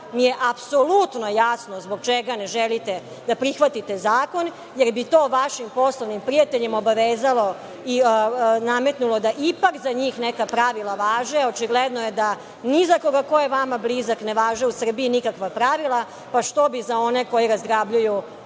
mi je apsolutno jasno zbog čega ne želite da prihvatite zakon, jer bi to vašim poslovnim prijateljima obavezalo i nametnulo da ipak za njih neka pravila važe. Očigledno je da ni za koga ko je vama blizak, ne važe u Srbiji nikakva pravila, pa što bi za one koji razgrabljuju